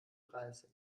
dreißig